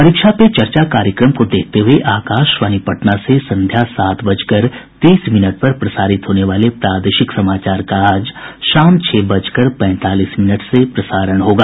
परीक्षा पे चर्चा कार्यक्रम को देखते हये आकाशवाणी पटना से संध्या सात बजकर तीस मिनट पर प्रसारित होने वाले प्रादेशिक समाचार का आज शाम छह बजकर पैंतालीस मिनट से प्रसारण होगा